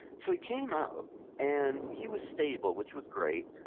so he came out and he was stable, which was great,